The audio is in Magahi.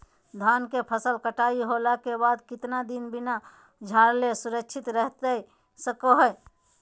धान के फसल कटाई होला के बाद कितना दिन बिना झाड़ले सुरक्षित रहतई सको हय?